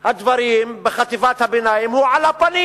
הדברים בחטיבת הביניים הוא על הפנים.